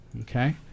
Okay